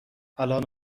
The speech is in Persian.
الان